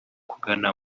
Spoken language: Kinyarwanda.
kugana